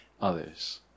others